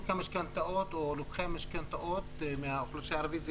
לוקחי המשכנתאות מהאוכלוסייה הערבית זה